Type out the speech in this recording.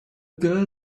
girl